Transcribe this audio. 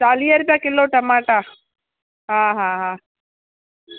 चालीहे रुपया किलो टमाटा हा हा हा